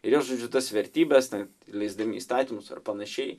ir žodžiu tos vertybės taip leisdami įstatymus ar panašiai